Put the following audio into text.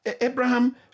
Abraham